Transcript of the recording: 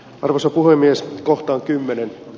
ruusu puhemies kohta kymmenen